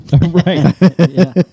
Right